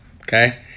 okay